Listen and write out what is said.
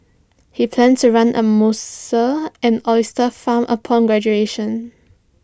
he planned to run A mussel and oyster farm upon graduation